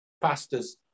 pastors